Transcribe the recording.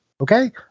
Okay